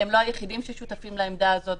הם לא היחידים ששותפים לעמדה הזאת.